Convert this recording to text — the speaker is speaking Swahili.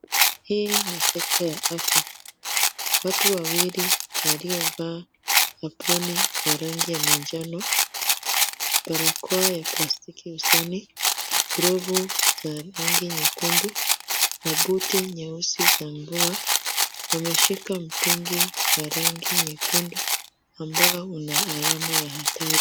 Hii ni sekta ya afya. Watu wawili waliovaa aproni ya rangi ya manjano, barakoa ya plastiki usoni, glovu ya rangi nyekundu na buti nyeusi za mvua wameshika mtungi wa rangi nyekundu ambao una alama ya hatari.